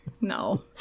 No